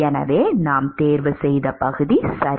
எனவே நாம் தேர்வுசெய்த பகுதி சரி